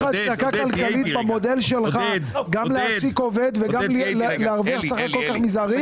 לך הצדקה כלכלית גם להעסיק עובד וגם להרוויח שכר כל כך מזערי?